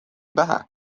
pähe